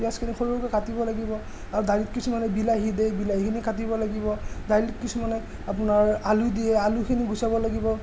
পিয়াঁজখিনি সৰু সৰুকৈ কাটিব লাগিব আৰু দাইলত কিছুমানে বিলাহী দিয়ে বিলাহীখিনি কাটিব লাগিব দাইলত কিছুমানে আপোনাৰ আলু দিয়ে আলুখিনি গুচাব লাগিব